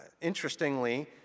interestingly